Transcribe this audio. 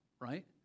right